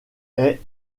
est